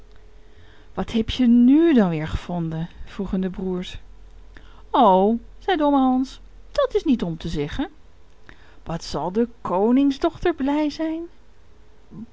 wat heb je nu dan weer gevonden vroegen de broers o zei domme hans dat is niet om te zeggen wat zal de koningsdochter blij zijn